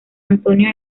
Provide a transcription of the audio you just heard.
antonio